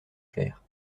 clairs